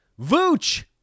Vooch